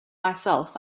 myself